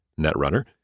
Netrunner